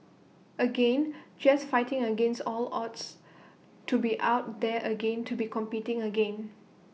again just fighting against all odds to be out there again to be competing again